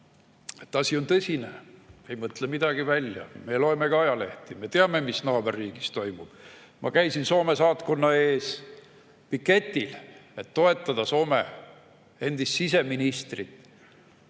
Asi on tõsine. Me ei mõtle midagi välja, me loeme ka ajalehti, me teame, mis naaberriigis toimub. Ma käisin Soome saatkonna ees piketil, et toetada Soome endist siseministrit,